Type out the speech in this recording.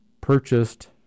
purchased